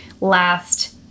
last